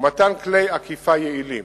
ומתן כלי אכיפה יעילים.